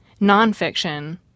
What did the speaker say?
nonfiction